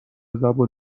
زبون